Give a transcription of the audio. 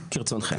כרצונכם.